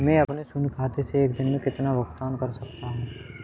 मैं अपने शून्य खाते से एक दिन में कितना भुगतान कर सकता हूँ?